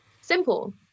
Simple